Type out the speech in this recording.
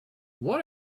what